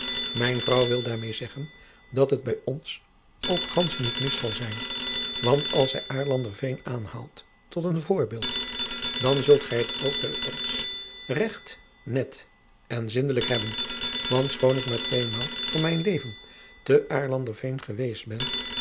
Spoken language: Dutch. mijn vrouw wil daar meê zeggen dat het bij ons ook gansch niet mis zal zijn want als zij aarlander veen aanhaalt tot een voorbeeld dan zult gij het bij ons ook regt net en zindelijk hebben want schoon ik maar tweemaal van mijn leven te aarlander veen geweest ben